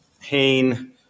pain